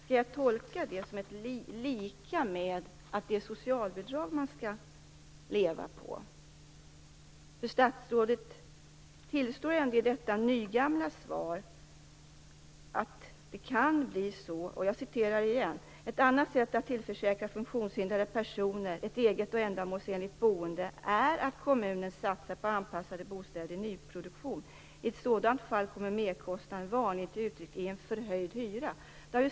Skall jag tolka det så att det är socialbidrag som de yngre funktionshindrade skall leva på? Statsrådet tillstår ändå i detta nygamla svar att det kan bli så. Jag citerar: "Ett annat sätt att tillförsäkra funktionshindrade personer ett eget och ändamålsenligt boende är att kommunen satsar på anpassade bostäder i nyproduktion. I sådant fall kommer merkostnaden vanligen till uttryck i en förhöjd hyra."